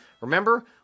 Remember